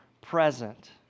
present